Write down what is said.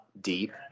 deep